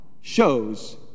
shows